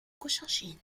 cochinchine